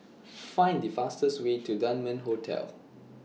Find The fastest Way to Dunman Hotel